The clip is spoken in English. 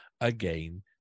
again